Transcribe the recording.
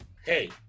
Hey